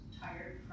tired